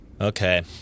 Okay